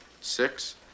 six